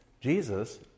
Jesus